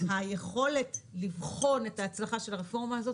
היכולת לבחון את ההצלחה של הרפורמה הזאת,